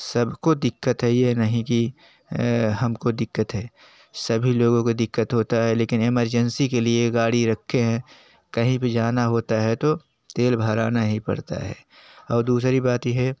सबको दिक्कत है यह नहीं कि हमको दिक्कत है सभी लोगों को दिक्कत होता है लेकिन एमरजेंसी के लिए गाड़ी रखे हैं कहीं भी जाना होता है तो तेल भराना ही पड़ता है और दूसरी बात यह है